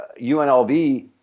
UNLV